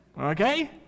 Okay